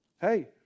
Hey